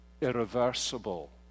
irreversible